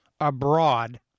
abroad